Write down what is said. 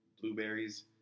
blueberries